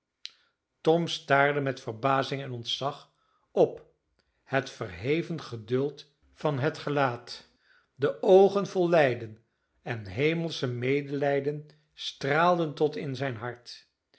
tom staarde met verbazing en ontzag op het verheven geduld van het gelaat de oogen vol lijden en hemelsch medelijden straalden tot in zijn hart